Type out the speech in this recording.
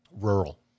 rural